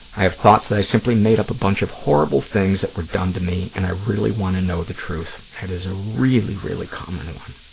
i have thoughts that i simply made up a bunch of horrible things that were done to me and i really want to know the truth. that is a really, really common one.